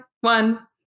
one